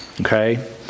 Okay